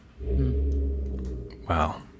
Wow